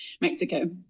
Mexico